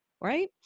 Right